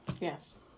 Yes